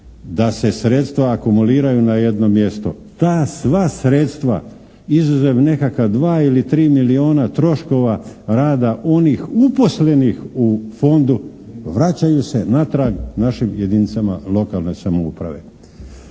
da se sredstva akumuliraju na jedno mjesto. Ta sva sredstva izuzev nekakva dva ili tri milijuna troškova rada onih uposlenih u fondu, vraćaju se natrag našim jedinicama lokalne samouprave.